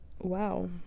Wow